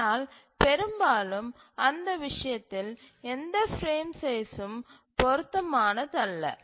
ஆனால் பெரும்பாலும் அந்த விஷயத்தில் எந்த பிரேம் சைஸ்சும் பொருத்தமானதல்ல